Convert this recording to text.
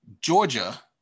Georgia